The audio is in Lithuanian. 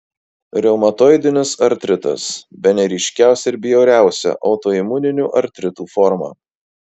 reumatoidinis artritas bene ryškiausia ir bjauriausia autoimuninių artritų forma